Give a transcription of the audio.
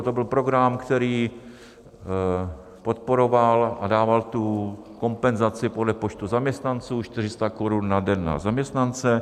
To byl program, který podporoval a dával kompenzaci podle počtu zaměstnanců, 400 korun na den na zaměstnance.